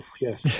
yes